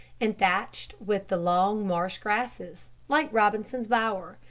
and thatched with the long marsh grasses, like robinson's bower.